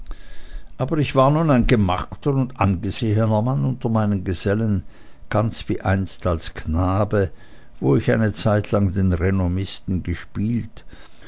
aber ich war nun ein gemachter und angesehener mann unter meinen gesellen ganz wie einst als knabe wo ich eine zeitlang den renommisten gespielt